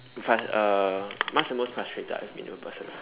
frus~ uh what's the most frustrated I have been with a person